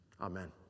Amen